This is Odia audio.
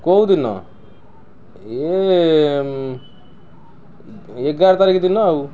କେଉଁ ଦିନ ଏ ଏଗାର ତାରିଖ ଦିନ ଆଉ